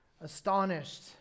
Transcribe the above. Astonished